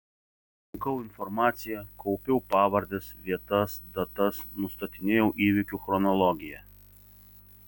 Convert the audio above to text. rinkau informaciją kaupiau pavardes vietas datas nustatinėjau įvykių chronologiją